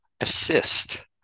assist